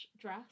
dress